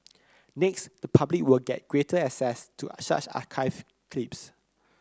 next the public will get greater access to archived clips